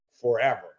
forever